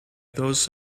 those